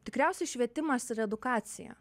tikriausiai švietimas ir edukacija